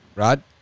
Rod